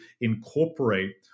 incorporate